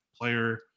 player